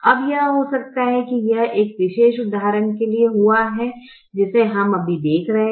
अब यह हो सकता है और यह उस विशेष उदाहरण के लिए हुआ है जिसे हम अभी देख रहे हैं